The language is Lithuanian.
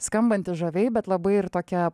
skambanti žaviai bet labai ir tokia